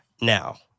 Now